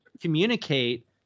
communicate